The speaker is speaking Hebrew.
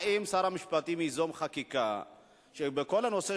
האם שר המשפטים ייזום חקיקה שבכל הנושא